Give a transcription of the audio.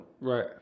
Right